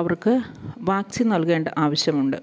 അവർക്ക് വാക്സിൻ നൽകേണ്ട ആവശ്യമുണ്ട്